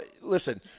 listen –